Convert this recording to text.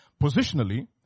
positionally